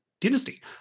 dynasty